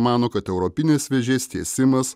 mano kad europinės vėžės tiesimas